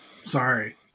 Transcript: Sorry